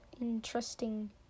Interesting